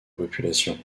population